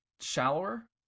shallower